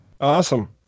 Awesome